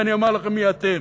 ואני אומר לכם מי אתם.